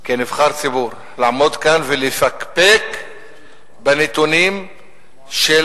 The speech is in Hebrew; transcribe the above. כנבחר ציבור, לעמוד כאן ולפקפק בנתונים של